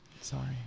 Sorry